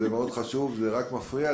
זו לא יישמר בענן מידע ולא יועבר באמצעות ענן